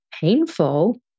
painful